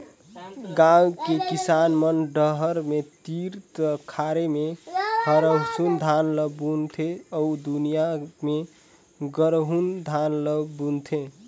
गांव के किसान मन डहर के तीर तखार में हरहून धान ल बुन थें अउ दूरिहा में गरहून धान ल बून थे